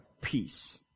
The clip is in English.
peace